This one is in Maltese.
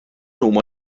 huma